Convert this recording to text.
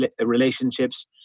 relationships